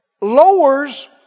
lowers